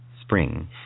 spring